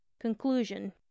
CONCLUSION